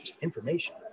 Information